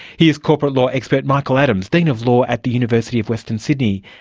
here's corporate law expert michael adams, dean of law at the university of western sydney,